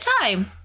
time